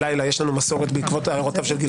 יש לנו מסורת בעקבות הערותיו של חבר הכנסת